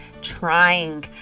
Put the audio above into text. trying